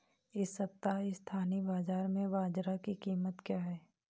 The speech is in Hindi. इस सप्ताह स्थानीय बाज़ार में बाजरा की कीमत क्या है?